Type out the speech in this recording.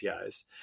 APIs